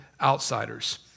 outsiders